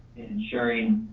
ensuring